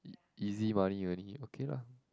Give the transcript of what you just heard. easy money only okay lah